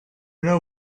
know